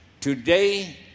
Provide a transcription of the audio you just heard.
today